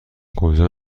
کجا